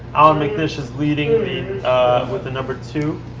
allan mcnish is leading i mean with the number two